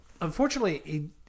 Unfortunately